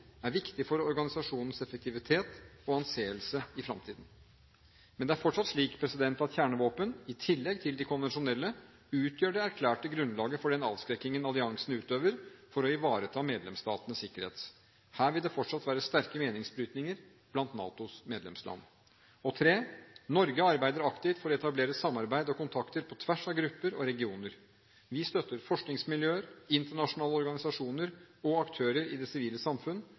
er viktig for organisasjonens effektivitet og anseelse i fremtiden. Men det er fortsatt slik at kjernevåpen, i tillegg til de konvensjonelle, utgjør det erklærte grunnlaget for den avskrekkingen alliansen utøver for å ivareta medlemsstatenes sikkerhet. Her vil det fortsatt være sterke meningsbrytninger blant NATOs medlemsland. Norge arbeider aktivt for å etablere samarbeid og kontakter på tvers av grupper og regioner. Vi støtter forskningsmiljøer, internasjonale organisasjoner og aktører i det sivile samfunn